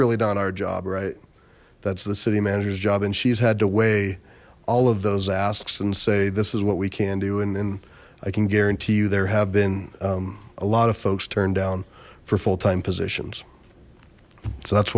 really done our job right that's the city manager's job and she's had to weigh all of those asks and say this is what we can do and i can guarantee you there have been a lot of folks turned down for full time positions so that's